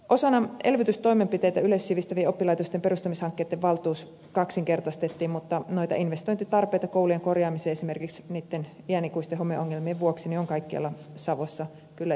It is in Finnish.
osana elvytystoimenpiteitä yleissivistävien oppilaitosten perustamishankkeitten valtuus kaksinkertaistettiin mutta noita investointitarpeita koulujen korjaamiseen esimerkiksi niitten iänikuisten homeongelmien vuoksi on kaikkialla savossa kyllä jatkossakin